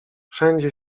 wszędzie